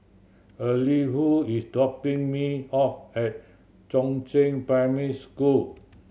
Elihu is dropping me off at Chongzheng Primary School